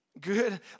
Good